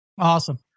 Awesome